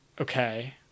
okay